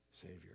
Savior